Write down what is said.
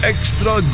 Extra